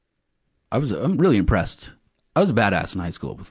i was i'm really impressed i was a badass in high school,